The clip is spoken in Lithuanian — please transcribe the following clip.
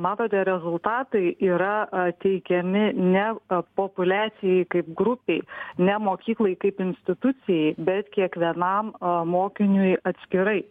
matote rezultatai yra teikiami ne populiacijai kaip grupei ne mokyklai kaip institucijai bet kiekvienam mokiniui atskirai